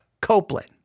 Copeland